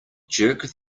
jerk